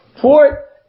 port